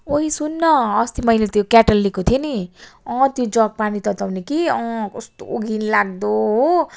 ओइ सुन्न अस्ति मैले त्यो केटल लिएको थिएँ नि अँ त्यो जग पानी तताउने कि अँ कस्तो घिनलाग्दो हो